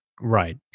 right